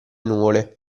nuvole